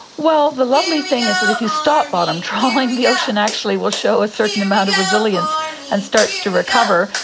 well, the lovely thing is that if you stop bottom trawling, the ocean actually will show a certain amount of resilience and starts to recover,